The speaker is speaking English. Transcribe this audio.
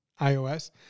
iOS